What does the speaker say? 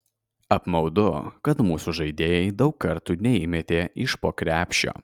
apmaudu kad mūsų žaidėjai daug kartų neįmetė iš po krepšio